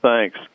Thanks